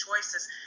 choices